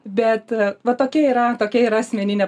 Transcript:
bet va tokia yra tokia yra asmeninė